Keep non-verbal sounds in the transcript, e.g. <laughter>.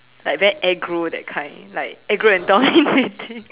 like very aggro that kind like aggro and dominating <laughs>